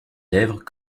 lèvres